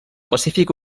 pacífic